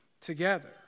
together